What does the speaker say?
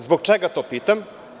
Zbog čega to pitam?